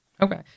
Okay